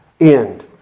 end